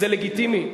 זה לגיטימי.